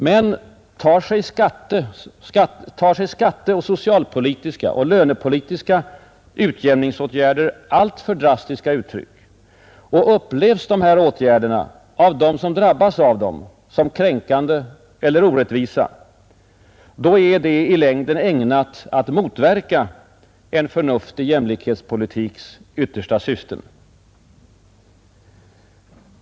Men tar sig skatte-, socialoch lönepolitiska utjämningsåtgärder alltför drastiska uttryck, och upplevs dessa åtgärder av den som drabbas av dem som kränkande eller orättvisa, då är det i längden ägnat att motverka en förnuftig jämlikhetspolitiks yttersta syften.